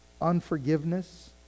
unforgiveness